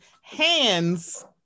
hands